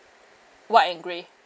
white and grey yes